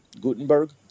Gutenberg